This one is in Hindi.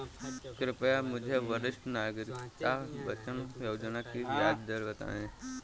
कृपया मुझे वरिष्ठ नागरिक बचत योजना की ब्याज दर बताएं